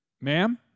ma'am